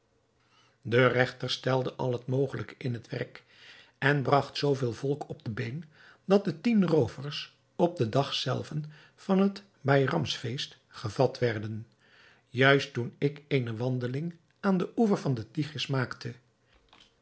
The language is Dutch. de regter stelde al het mogelijke in het werk en bragt zoo veel volk op de been dat de tien roovers op den dag zelven van het baïramsfeest gevat werden juist toen ik eene wandeling aan den oever van den tigris maakte